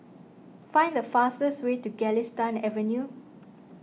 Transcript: find the fastest way to Galistan Avenue